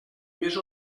més